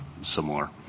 similar